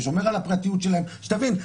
ששומר על הפרטיות שלהם שתבין,